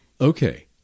Okay